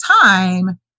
time